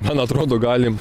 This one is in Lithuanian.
man atrodo galim